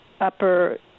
upper